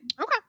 Okay